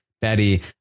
betty